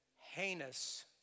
heinous